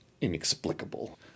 inexplicable